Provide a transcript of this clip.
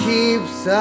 keeps